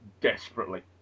desperately